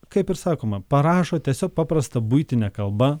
kaip ir sakoma parašo tiesiog paprasta buitine kalba